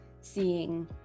seeing